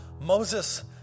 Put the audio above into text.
Moses